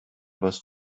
was